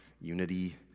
unity